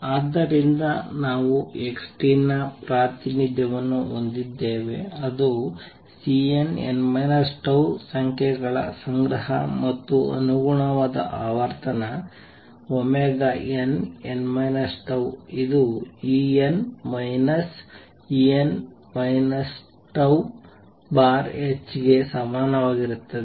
ಆದ್ದರಿಂದ ನಾವು x ನ ಪ್ರಾತಿನಿಧ್ಯವನ್ನು ಹೊಂದಿದ್ದೇವೆ ಅದು Cnn τ ಸಂಖ್ಯೆಗಳ ಸಂಗ್ರಹ ಮತ್ತು ಅನುಗುಣವಾದ ಆವರ್ತನ nn τ ಇದು En En τℏ ಗೆ ಸಮಾನವಾಗಿರುತ್ತದೆ